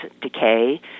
decay